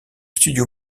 studio